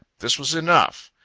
this was enough.